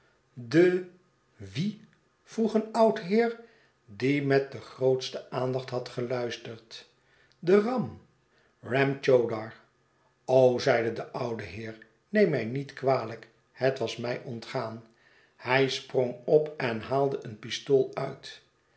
de wie vroeg een oud heer die met de grootste aandacht had geluisterd de ram ram chowdar zeide de oude heer neem mij niet kwalijk het was mij ontgaan hij sprong op en haalde een pistool uit